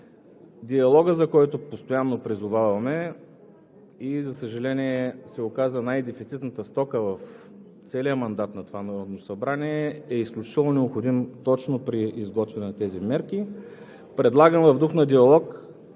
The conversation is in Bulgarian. диалогът, за който постоянно призоваваме, и за съжаление, се оказа най дефицитната стока в целия мандат на това Народно събрание, е изключително необходим точно при изготвяне на тези мерки, предлагам в дух на диалог